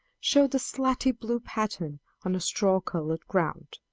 showed a slaty-blue pattern on a straw-colored ground,